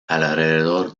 alrededor